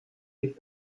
sich